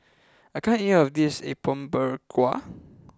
I can't eat all of this Apom Berkuah